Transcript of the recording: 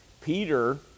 Peter